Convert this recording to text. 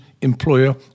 employer